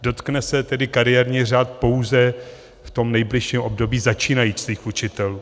Dotkne se tedy kariérní řád pouze v tom nejbližším období začínajících učitelů.